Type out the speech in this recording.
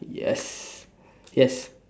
yes yes